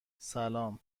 سلام